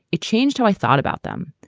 it changed how i thought about them.